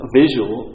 visual